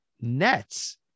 nets